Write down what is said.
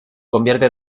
convierte